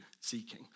seeking